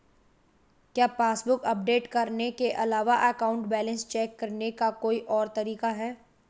क्या passbook update करने के अलावा अकाउंट बैलेंस चेक करने का कोई और तरीका है?